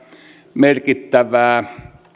merkittävää